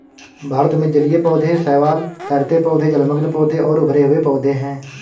भारत में जलीय पौधे शैवाल, तैरते पौधे, जलमग्न पौधे और उभरे हुए पौधे हैं